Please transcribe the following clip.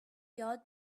یاد